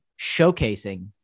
showcasing